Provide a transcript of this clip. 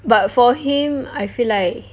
but for him I feel like